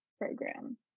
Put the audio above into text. Program